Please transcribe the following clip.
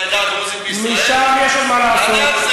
האם הממשלה שלך עושה מספיק לעדה הדרוזית בישראל?